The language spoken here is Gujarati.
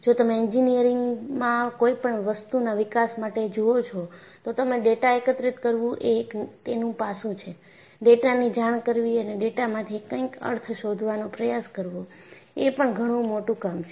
જો તમે એન્જિનિયરિંગમાં કોઈપણ વસ્તુના વિકાસ માટે જુઓ છો તો તમે ડેટા એકત્રિત કરવું એ એક તેનું પાસું છે ડેટા ની જાણ કરવી અને ડેટામાંથી કંઇક અર્થ શોધવાનો પ્રયાસ કરવો એ પણ ઘણું મોટું કામ છે